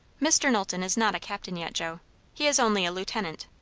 mr. knowlton is not a captain yet, joe he is only a lieutenant.